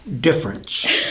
difference